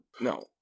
No